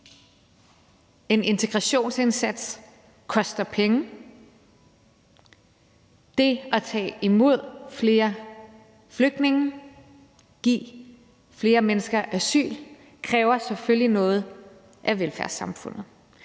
en integrationsindsats koster penge, og det at tage imod flere flygtninge og give flere mennesker asyl kræver selvfølgelig noget af velfærdssamfundet.